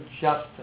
justice